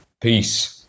Peace